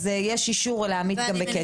יש אישור להמית גם בקצף.